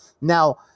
Now